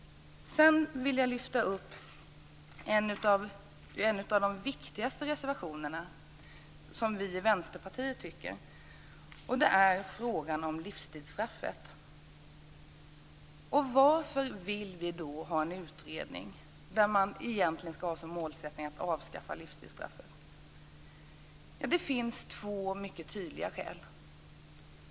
Sedan vill jag lyfta fram en av de, som vi i Vänsterpartiet tycker, viktigaste reservationerna. Det gäller livstidsstraffet. Varför vill vi ha en utredning där man egentligen ska ha som målsättning att avskaffa livstidsstraffet? Ja, det finns två mycket tydliga skäl.